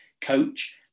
coach